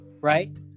Right